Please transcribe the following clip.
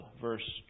verse